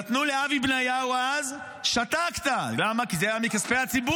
נתנו למנדלבליט, שתקת, זה היה בסדר.